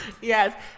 Yes